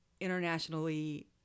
internationally